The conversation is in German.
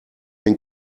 den